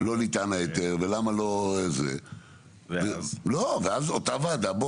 לא ניתן ההיתר, ואז אותה וועדה --- ואז?